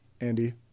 Andy